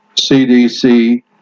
CDC